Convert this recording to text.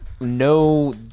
no